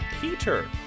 Peter